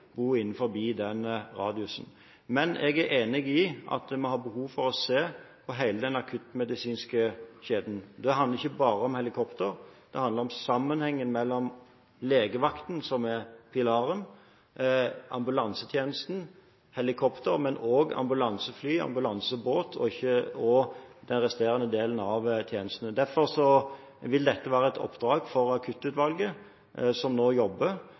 bo innenfor denne radiusen. Men jeg er enig i at vi har behov for å se på hele den akuttmedisinske kjeden. Det handler ikke bare om helikopter, det handler om sammenhengen mellom legevakten, som er pilaren, ambulansetjenesten – helikopter, men også ambulansefly og ambulansebåt – og den resterende delen av tjenesten. Derfor vil dette være et oppdrag for akuttutvalget som nå jobber,